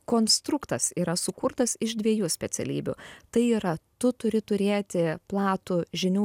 konstruktas yra sukurtas iš dviejų specialybių tai yra tu turi turėti platų žinių